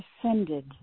ascended